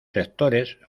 sectores